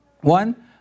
one